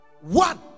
one